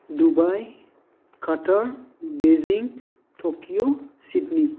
Dubai Qatar बैजिं तकिय' Sidney